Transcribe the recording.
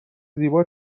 زیبا